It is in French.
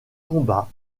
combat